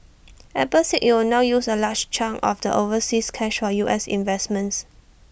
Apple said IT will now use A large chunk of the overseas cash for U S investments